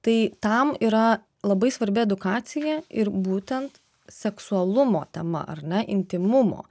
tai tam yra labai svarbi edukacija ir būtent seksualumo tema ar ne intymumo